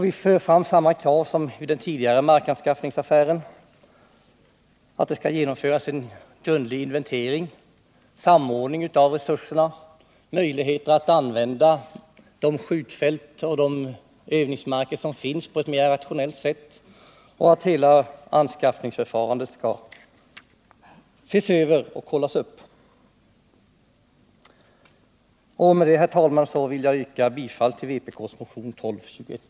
Vi för fram samma krav som vi framförde i samband med den tidigare markanskaffningsaffären, nämligen att det skall genomföras en grundlig inventering och samordning av resurserna samt att det skall föreligga möjligheter att använda de skjutfält och de övningsmarker som finns på ett mera rationellt sätt och att hela anskaffningsförfarandet skall ses över. Med detta, herr talman, yrkar jag bifall till vpk-motionen 1221.